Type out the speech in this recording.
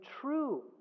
true